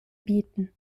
bieten